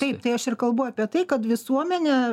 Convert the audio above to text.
taip tai aš ir kalbu apie tai kad visuomenė